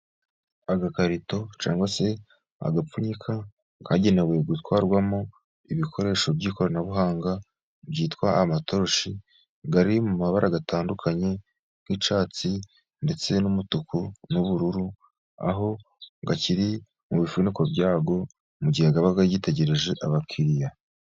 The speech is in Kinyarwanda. Agakarito, cyangwa se agapfunyika, kagenewe gutwarwamo ibikoresho by’ikoranabuhanga, byitwa amatoroshi, ari mu mabara atandukanye, nk’icyatsi, ndetse n’umutuku n’ubururu. Aho akiri mu bifuniko byayo, mu gihe aba agitegereje abakiriya.